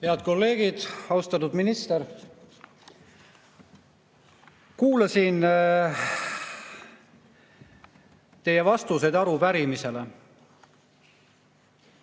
Head kolleegid! Austatud minister! Kuulasin teie vastuseid arupärimisele.